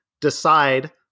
decide